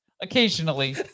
occasionally